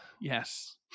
Yes